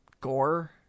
gore